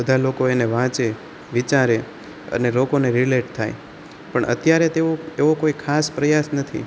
બધા લોકો એને વાંચે વિચારે અને લોકોને રિલેટ થાય પણ અત્યારે તેઓ એવો કોઈ ખાસ પ્રયાસ નથી